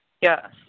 yes